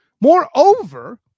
moreover